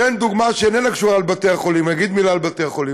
אתן דוגמה, אגיד מילה על בתי-החולים.